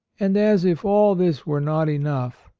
and as if all this were not enough,